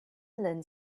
learn